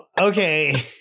Okay